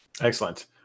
Excellent